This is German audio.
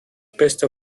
bester